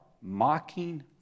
mocking